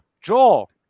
Joel